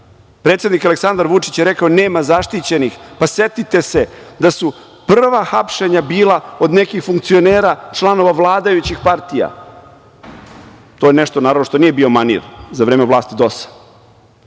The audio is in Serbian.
briga. Predsednik Aleksandar Vučić je rekao – nema zaštićenih. Setite se da su prva hapšenja bila od nekih funkcionera, članova vladajućih partija. To je nešto, naravno, što nije bio manir za vreme vlasti